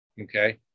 okay